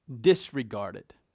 disregarded